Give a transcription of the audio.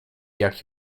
jak